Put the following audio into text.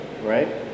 Right